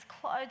clothes